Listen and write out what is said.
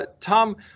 Tom